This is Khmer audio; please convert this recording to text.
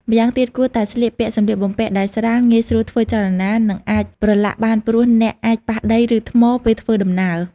ម្យ៉ាងទៀត គួរតែស្លៀកពាក់សម្លៀកបំពាក់ដែលស្រាល ងាយស្រួលធ្វើចលនា និងអាចប្រឡាក់បានព្រោះអ្នកអាចប៉ះដី ឬថ្ម ពេលធ្វើដំណើរ។